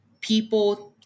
people